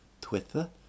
Twitter